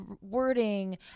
wording